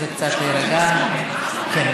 תראו איזו אנרגיה טובה.